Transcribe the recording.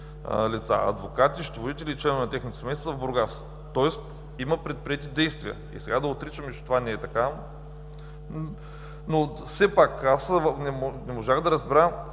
лица – адвокати, счетоводители и членове на техните семейства, са в Бургас. Тоест има предприети действия. И сега да отричаме, че това не е така… Все пак аз не можах да разбера